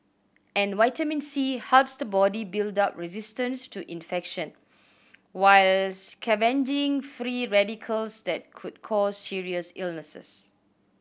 and vitamin C helps the body build up resistance to infection while scavenging free radicals that could cause serious illnesses